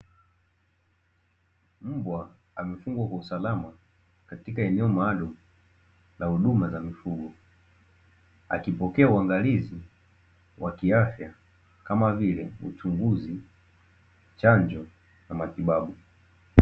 Mbwa ame fungwa kwa usalama katika eneo maalumu la huduma za mifugo, akipokea uangalizi wa kiafya kama vile uchunguzi, chanjo na matibabu.